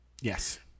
Yes